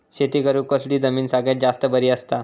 शेती करुक कसली जमीन सगळ्यात जास्त बरी असता?